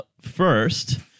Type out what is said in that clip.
first